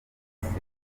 hasi